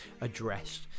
addressed